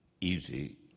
easy